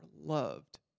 loved